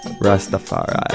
Rastafari